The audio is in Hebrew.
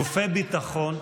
גופי ביטחון,